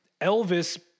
Elvis